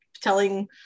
telling